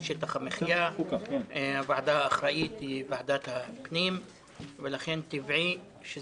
זהו שטח מחיה של אסירים והוועדה האחראית לכך היא ועדת הפנים.